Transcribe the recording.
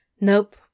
Nope